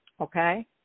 Okay